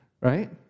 Right